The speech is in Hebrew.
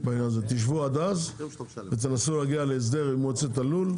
תשבו עד אז ותנסו להגיע להסדר עם מועצת הלול,